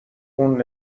اون